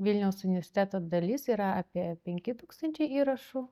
vilniaus universiteto dalis yra apie penki tūkstančiai įrašų